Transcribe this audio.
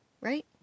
Right